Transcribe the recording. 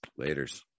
Laters